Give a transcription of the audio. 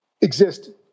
exist